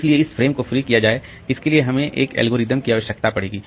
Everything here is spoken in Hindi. इसलिए इस फ्रेम को फ्री किया जाए इसके लिए हमें एक एल्गोरिदम की आवश्यकता पड़ेगी